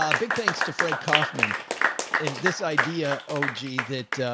um big thanks to fred kaufman and this idea. oh, gee, that,